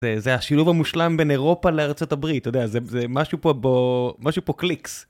זה השילוב המושלם בין אירופה לארצות הברית, זה משהו פה ... משהו פה קליקס.